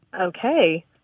Okay